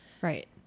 Right